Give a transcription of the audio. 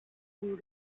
and